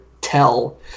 tell